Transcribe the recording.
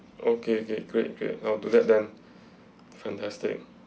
okay okay great great I'll do that then fantastic